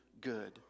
good